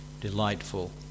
delightful